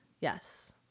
Yes